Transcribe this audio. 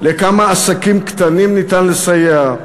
לכמה עסקים קטנים ניתן לסייע?